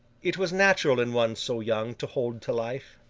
it was natural in one so young to hold to life.